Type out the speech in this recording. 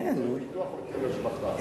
היטל פיתוח או היטל השבחה?